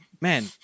Man